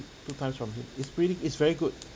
two times from him it's pretty it's very good